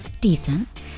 decent